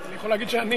אני יכול להגיד שאני.